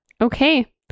Okay